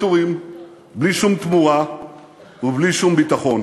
ולצערי, לאחרונה אינני רואה רצון כזה.